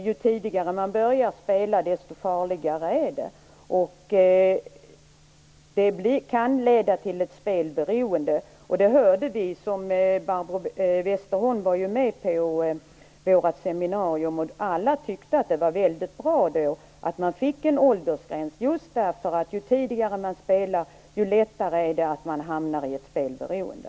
Ju tidigare man börjar spela, desto farligare är det, och det kan leda till ett spelberoende. Barbro Westerholm var ju med på vårt seminarium, och alla där tyckte att det var väldigt bra med en åldersgräns just därför att ju tidigare man börjar spela, desto lättare är det att man hamnar i ett spelberoende.